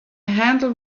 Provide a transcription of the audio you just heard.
handle